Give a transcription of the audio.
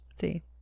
See